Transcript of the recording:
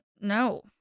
No